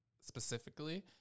specifically